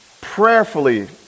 prayerfully